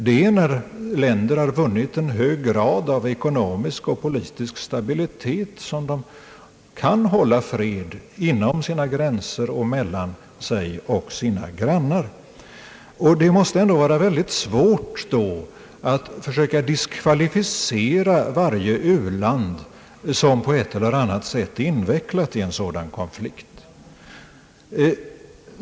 Det är när länder har vunnit en hög grad av ekonomisk och politisk stabilitet som de kan hålla fred inom sina gränser och mellan sig och sina grannar. Det måste ändå vara mycket svårt att försöka diskvalificera varje u-land som på ett eller annat sätt är invecklat i en sådan konflikt.